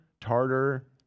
tartar